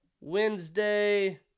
Wednesday